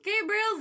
Gabriel